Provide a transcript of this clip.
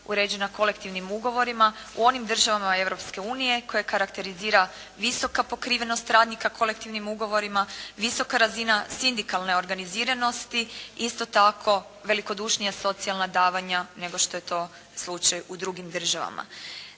uređena kolektivnim ugovorima u onim državama Europske unije koje karakterizira visoka pokrivenost radnika kolektivnim ugovorima, visoka razina sindikalne organiziranosti, isto tako velikodušnija socijalna davanja nego što je to slučaj u drugim državama.